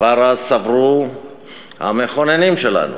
כבר אז סברו המכוננים שלנו